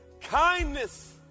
kindness